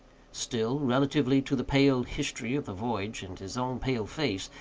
still, relatively to the pale history of the voyage, and his own pale face,